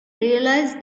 realise